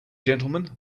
gentlemen